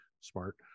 smart